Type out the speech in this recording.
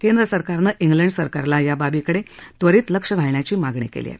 केंद्र सरकारनं इंग्लंड सरकारला याबाबीकडे त्वरीत लक्ष घालण्याची मागणी केली आहे